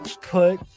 put